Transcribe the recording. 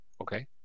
Okay